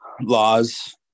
laws